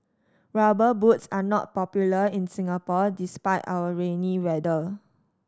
Rubber Boots are not popular in Singapore despite our rainy weather